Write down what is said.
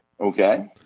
Okay